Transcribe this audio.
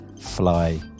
fly